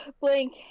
Blank